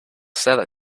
said